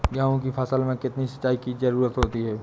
गेहूँ की फसल में कितनी सिंचाई की जरूरत होती है?